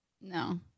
No